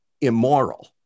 immoral